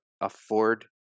afford